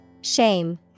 Shame